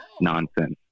nonsense